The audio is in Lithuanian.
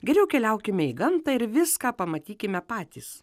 geriau keliaukime į gamtą ir viską pamatykime patys